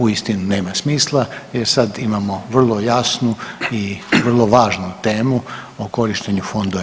Uistinu nema smisla, jer sad imamo vrlo jasnu i vrlo važnu temu o korištenju fondova EU.